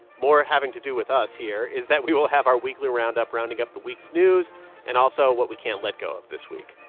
more having to do with us here, is that we will have our weekly roundup rounding up the week's news and also what we can't let go of this week.